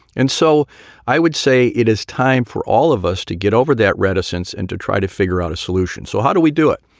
and so i would say it is time for all of us to get over that reticence and to try to figure out a solution. so how do we do it?